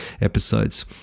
episodes